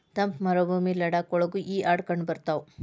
ತಂಪ ಮರಭೂಮಿ ಲಡಾಖ ಒಳಗು ಈ ಆಡ ಕಂಡಬರತಾವ